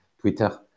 Twitter